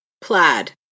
Plaid